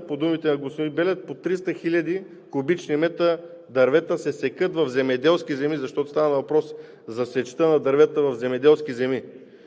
г., по думите на господин Белев, по 300 хил. куб. м дървета се секат в земеделски земи, защото става въпрос за сечта на дърветата в земеделски земи.